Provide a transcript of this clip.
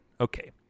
Okay